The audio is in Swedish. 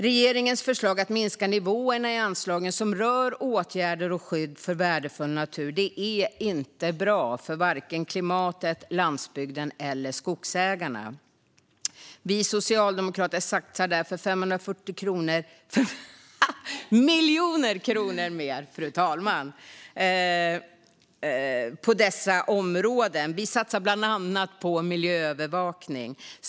Regeringens förslag om att minska nivåerna i anslagen som rör åtgärder och skydd för värdefull natur är inte bra för vare sig klimatet, landsbygden eller skogsägarna. Vi socialdemokrater satsar därför 540 miljoner kronor mer på dessa områden, bland annat på miljöövervakning.